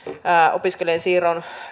siirron